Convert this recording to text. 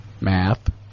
Math